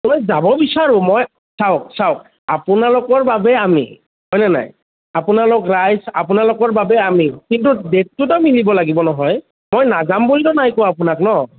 যাব বিচাৰোঁ মই চাওক চাওক আপোনালোকৰ বাবেই আমি হয়নে নাই আপোনালোক ৰাইজ আপোনালোকৰ বাবে আমি কিন্তু ডেটটোতো মিলিব লাগিব নহয় মই নাযাম বুলিতো আপোনাক নাই কোৱা ন